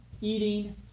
eating